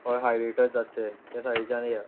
हय हाय ब्रेटर जाता त्या सायडीच्यान या